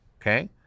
okay